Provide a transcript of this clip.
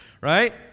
Right